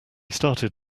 started